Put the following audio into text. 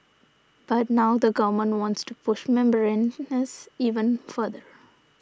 but now the Government wants to push membranes even further